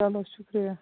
چلو شُکریہ